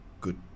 good